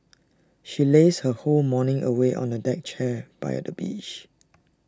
she lazed her whole morning away on A deck chair by the beach